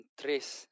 trace